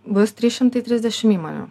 bus tys šimtai trisdešimt įmonių